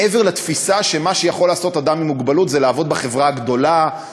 מעבר לתפיסה שמה שיכול לעשות אדם עם מוגבלות זה לעבוד בחברה הגדולה,